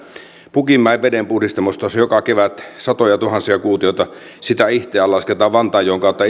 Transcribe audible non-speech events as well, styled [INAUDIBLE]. pukinmäen vedenpuhdistamosta joka kevät satojatuhansia kuutioita sitä ihteään lasketaan vantaanjoen kautta [UNINTELLIGIBLE]